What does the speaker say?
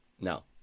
No